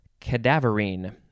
Cadaverine